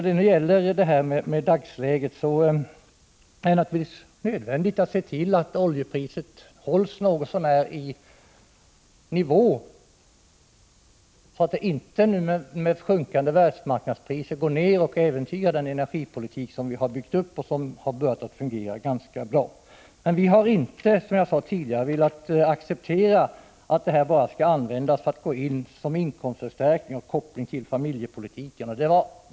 Det är givetvis nödvändigt att se till att oljepriset hålls något så när på samma nivå, så att det inte med sjunkande världsmarknadspriser går ned och därmed äventyrar den energipolitik som vi har byggt upp och som har börjat fungera ganska bra. Men vi har inte velat acceptera att oljeskatten bara skall användas som medel för inkomstförstärkning med koppling till familjepolitiken.